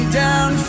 down